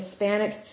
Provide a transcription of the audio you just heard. Hispanics